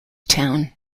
town